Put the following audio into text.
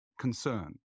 concern